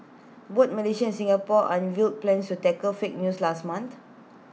both Malaysia and Singapore unveiled plans to tackle fake news last month